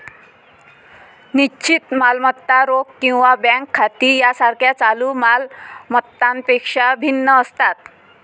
निश्चित मालमत्ता रोख किंवा बँक खाती यासारख्या चालू माल मत्तांपेक्षा भिन्न असतात